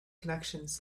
connections